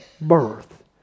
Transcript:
birth